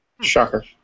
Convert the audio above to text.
Shocker